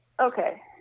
Okay